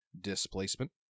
Displacement